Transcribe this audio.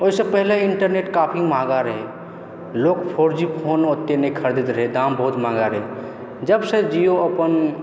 ओहिसँ पहिने इन्टरनेट काफी महगा रहै लोक फोर जी फोन ओतेक नहि खरिदैत रहै दाम बहुत महगा रहै जबसँ जिओ अपन